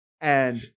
And-